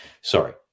Sorry